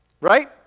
Right